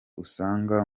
usanga